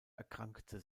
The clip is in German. erkrankte